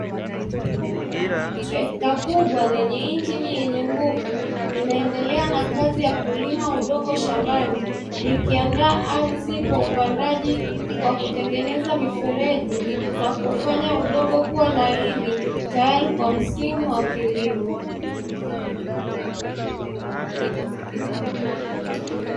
Trekta kubwa lenye injini yenye nguvu linaendelea na kazi ya kulima udongo shambani, likiandaa ardhi kwa upandaji kwa kutengeneza mifereji na kufanya udongo kuwa laini tayari kwa msimu wa kilimo.